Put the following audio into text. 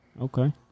Okay